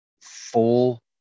full